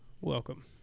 Welcome